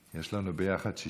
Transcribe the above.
יש לנו ביחד 60 דקות.